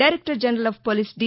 director general of police D